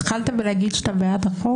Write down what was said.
התחלת להגיד שאתה בעד החוק?